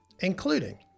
including